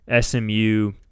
SMU